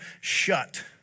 shut